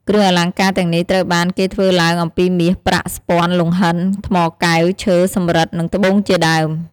គ្រឿងអលង្ការទាំងនេះត្រូវបានគេធ្វើឡើងអំពីមាស ប្រាក់ ស្ព័ន លង្ហិន ថ្មកែវ ឈើ សំរិទ្ធ និងត្បូងជាដើម។